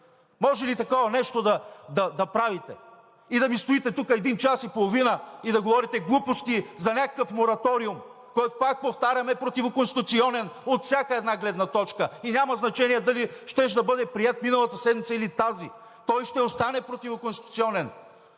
Може ли такова нещо да правите? И да ми стоите тук един час и половина и да говорите глупости за някакъв мораториум, пак повтарям, че е противоконституционен от всяка една гледна точка, и няма значение дали щеше да бъде приет миналата седмица или тази. Той ще остане противоконституционен.